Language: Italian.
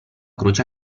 croce